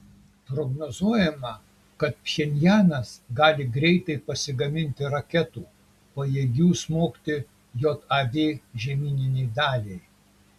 prognozuojama kad pchenjanas gali greitai pasigaminti raketų pajėgių smogti jav žemyninei daliai